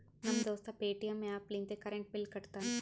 ನಮ್ ದೋಸ್ತ Paytm app ಲಿಂತೆ ಕರೆಂಟ್ ಬಿಲ್ ಕಟ್ಟತಾನ್